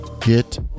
get